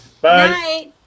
Bye